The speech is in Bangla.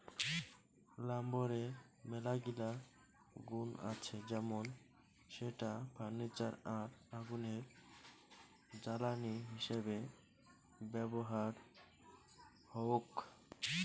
লাম্বরের মেলাগিলা গুন্ আছে যেমন সেটা ফার্নিচার আর আগুনের জ্বালানি হিসেবে ব্যবহার হউক